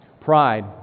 Pride